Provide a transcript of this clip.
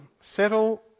settle